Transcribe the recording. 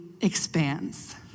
expands